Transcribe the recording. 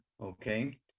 okay